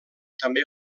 també